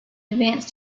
advance